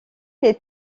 les